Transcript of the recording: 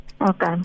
okay